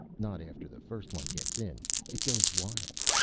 not after the first one gets in. it goes wild.